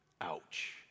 Ouch